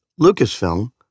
Lucasfilm